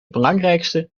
belangrijkste